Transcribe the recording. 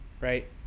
right